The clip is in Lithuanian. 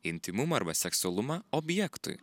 intymumą arba seksualumą objektui